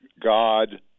God